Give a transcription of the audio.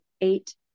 eight